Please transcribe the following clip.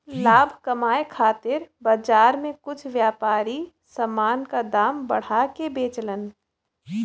लाभ कमाये खातिर बाजार में कुछ व्यापारी समान क दाम बढ़ा के बेचलन